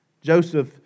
Joseph